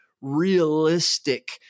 realistic